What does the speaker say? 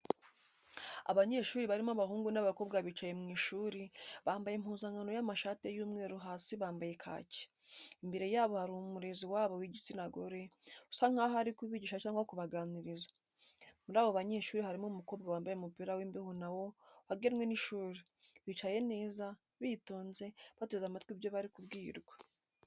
Abanyeshuri barimo abahungu n'abakobwa bicaye mu ishuri, bambaye impuzankano y'amashati y'umweru hasi bambaye kaki. Imbere yabo hari umurezi wabo w'igitsina gore usa nkaho ari kubigisha cyangwa kubaganiriza. Muri abo banyeshuri harimo umukobwa wambaye umupira w'imbeho na wo wagenwe n'ishuri. Bicaye neza, bitonze, bateze amatwi ibyo bari kubwirwa.